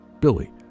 billy